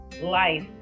life